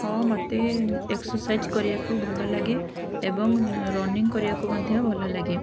ହଁ ମୋତେ ଏକ୍ସର୍ସାଇଜ୍ କରିବାକୁ ଭଲଲାଗେ ଏବଂ ରନିଂ କରିବାକୁ ମଧ୍ୟ ଭଲ ଲାଗେ